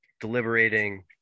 deliberating